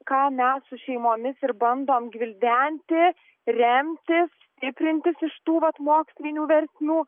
ką mes su šeimomis ir bandom gvildenti remti stiprintis iš tų vat mokslinių versmių